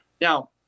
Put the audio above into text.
Now